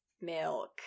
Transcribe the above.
milk